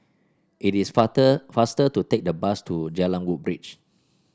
it is faster to take the bus to Jalan Woodbridge